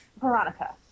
Veronica